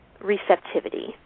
receptivity